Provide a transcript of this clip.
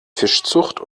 fischzucht